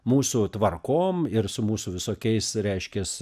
mūsų tvarkom ir su mūsų visokiais reiškias